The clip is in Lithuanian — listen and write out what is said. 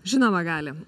žinoma gali